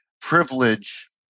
privilege